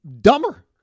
dumber